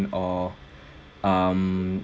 or um